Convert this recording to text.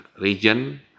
region